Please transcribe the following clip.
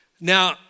Now